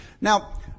Now